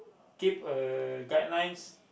keep a guidelines